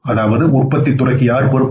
அதாவது உற்பத்தித் துறைக்கு யார் பொறுப்பு